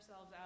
out